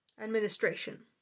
administration